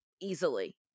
easily